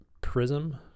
prism